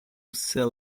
sell